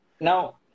Now